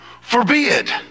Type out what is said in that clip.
forbid